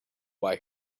why